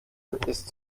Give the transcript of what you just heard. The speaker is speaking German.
ist